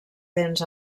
dents